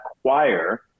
acquire